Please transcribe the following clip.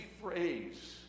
phrase